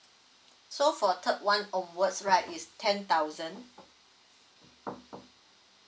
so for third one onwards right is ten thousand